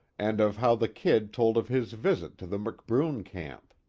and of how the kid told of his visit to the mcbroom camp.